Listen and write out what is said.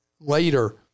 later